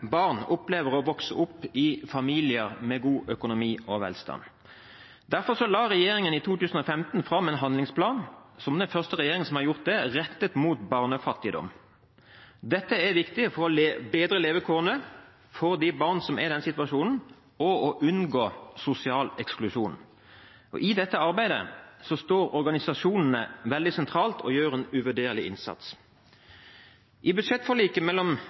barn opplever å vokse opp i familier med god økonomi og velstand. Derfor la regjeringen, som den første regjeringen som har gjort dette, i 2015 fram en handlingsplan rettet mot barnefattigdom. Dette er viktig for å bedre levekårene for de barna som er i en slik situasjon, og for at de skal unngå sosial eksklusjon. I dette arbeidet står organisasjonene veldig sentralt, og de gjør en uvurderlig innsats. I budsjettforliket mellom